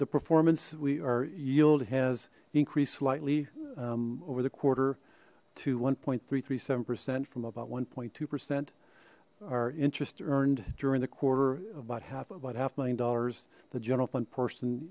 the performance we are yield has increased slightly over the quarter to one point three three seven percent from about one point two percent our interest earned during the quarter about half about a half million dollars the general fund person